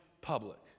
public